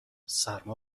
سرما